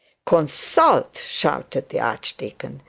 consult! shouted the archdeacon.